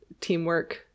teamwork